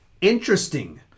Interesting